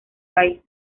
país